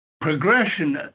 progression